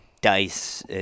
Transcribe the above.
dice